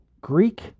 Greek